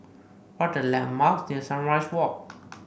what are the landmarks near Sunrise Walk